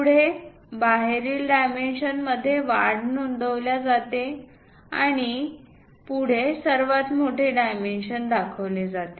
पुढे बाहेरील डायमेन्शन मध्ये वाढ नोंदवल्या जाते आणि पुढे सर्वात मोठे डायमेन्शन दाखवले जाते